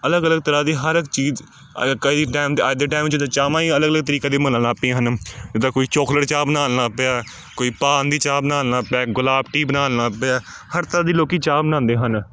ਅਲੱਗ ਅਲੱਗ ਤਰ੍ਹਾਂ ਦੀ ਹਰ ਇੱਕ ਚੀਜ਼ ਕਈ ਟਾਈਮ ਦੇ ਅੱਜ ਦੇ ਟਾਈਮ ਜਦੋਂ ਚਾਹਵਾਂ ਹੀ ਅਲੱਗ ਅਲੱਗ ਤਰੀਕੇ ਦੀ ਬਨਣ ਲੱਗ ਪਈਆਂ ਹਨ ਜਿੱਦਾਂ ਕੋਈ ਚੋਕਲੇਟ ਚਾਹ ਬਣਾਉਣ ਲੱਗ ਪਿਆ ਕੋਈ ਪਾਨ ਦੀ ਚਾਹ ਬਣਾਉਣ ਲੱਗ ਪਿਆ ਗੁਲਾਬ ਟੀ ਬਣਾਉਣ ਲੱਗ ਪਿਆ ਹਰ ਤਰਾਂ ਦੀ ਲੋਕ ਚਾਹ ਬਣਾਉਂਦੇ ਹਨ